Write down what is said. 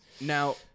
Now